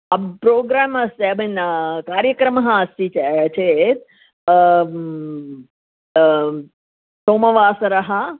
program I mean कार्यक्रमः अस्ति चा चेत् सोमवासरः